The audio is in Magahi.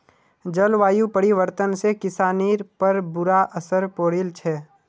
जलवायु परिवर्तन से किसानिर पर बुरा असर पौड़ील छे